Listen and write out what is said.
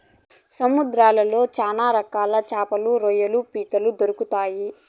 సముద్రంలో శ్యాన రకాల శాపలు, రొయ్యలు, పీతలు దొరుకుతాయి